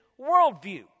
worldview